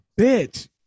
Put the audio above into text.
bitch